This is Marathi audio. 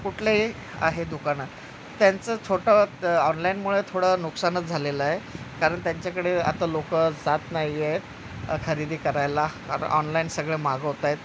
कुठलंही आहे दुकानात त्यांचं छोटं ऑनलाईनमुळे थोडं नुकसानच झालेलं आहे कारण त्यांच्याकडे आता लोक जात नाही आहेत खरेदी करायला कारनण ऑनलाईन सगळे मागवत आहेत